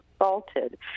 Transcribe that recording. assaulted